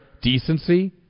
decency